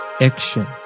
Action